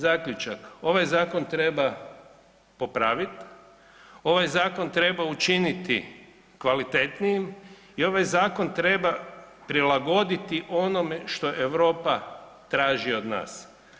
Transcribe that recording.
Zaključak, ovaj zakon treba popravit, ovaj zakon treba učiniti kvalitetnijim i ovaj zakon treba prilagoditi onome što Europa traži od nas.